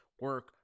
Work